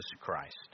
Christ